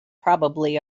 probably